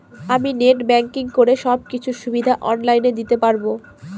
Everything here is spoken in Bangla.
আমি নেট ব্যাংকিং করে সব কিছু সুবিধা অন লাইন দিতে পারবো?